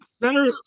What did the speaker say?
center